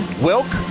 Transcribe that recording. Wilk